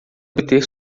obter